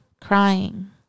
crying